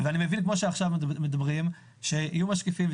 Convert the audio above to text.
אני מבין שכמו שעכשיו מדברים יהיו משקיפים.